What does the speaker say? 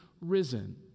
risen